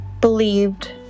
believed